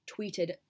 tweeted